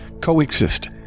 coexist